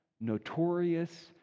notorious